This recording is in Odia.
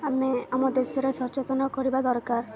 ଆମେ ଆମ ଦେଶରେ ସଚେତନ କରିବା ଦରକାର